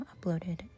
uploaded